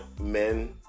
men